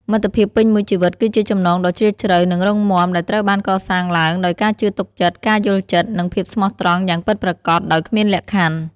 មិត្តភាពពេញមួយជីវិតគឺជាចំណងដ៏ជ្រាលជ្រៅនិងរឹងមាំដែលត្រូវបានកសាងឡើងដោយការជឿទុកចិត្ត ការយល់ចិត្ត និងភាពស្មោះត្រង់យ៉ាងពិតប្រាកដដោយគ្មានលក្ខខណ្ឌ។